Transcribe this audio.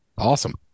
Awesome